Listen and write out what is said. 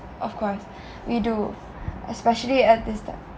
of course we do especially at this time